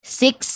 six